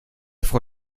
frau